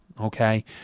okay